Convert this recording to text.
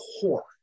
core